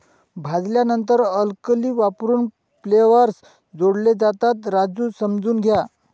भाजल्यानंतर अल्कली वापरून फ्लेवर्स जोडले जातात, राजू समजून घ्या